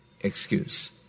excuse